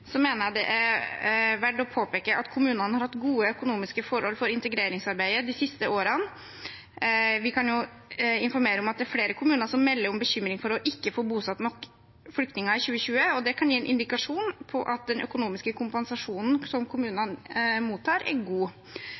mener jeg det er verdt å påpeke at kommunene har hatt gode økonomiske forhold for integreringsarbeidet de siste årene. Vi kan informere om at det er flere kommuner som melder om bekymring for ikke å få bosatt nok flyktninger i 2020. Det kan gi en indikasjon på at den økonomiske kompensasjonen som kommunene mottar, er god.